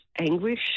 anguish